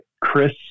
Chris